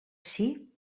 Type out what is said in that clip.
ací